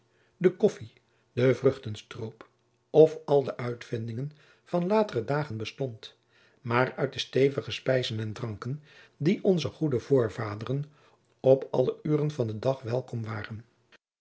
de koffij de vruchtenstroop of al de uitvindingen van latere dagen bestond maar uit de stevige spijzen en dranken die onze goede voorvaderen op alle uren van den dag welkom waren